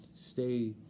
stay